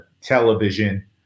television